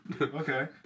Okay